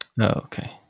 okay